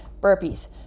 burpees